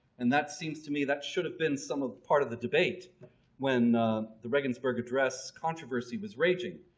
and that seems to me that should have been some of the part of the debate when the regensburg address controversy was raging.